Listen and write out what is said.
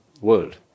world